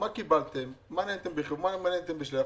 מה קיבלתם, למה נעניתם בחיוב, למה נעניתם בשלילה.